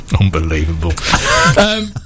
Unbelievable